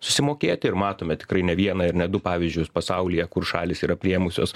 susimokėti ir matome tikrai ne vieną ir ne du pavyzdžius pasaulyje kur šalys yra priėmusios